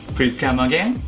please come again.